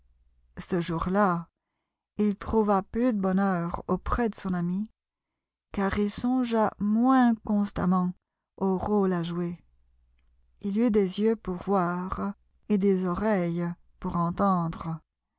ce jour-là il trouva plus de bonheur auprès de son amie car il songea moins constamment au rôle à jouer il eut des yeux pour voir et des oreilles pour entendre